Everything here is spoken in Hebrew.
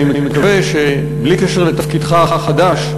ואני מקווה שבלי קשר לתפקידך החדש,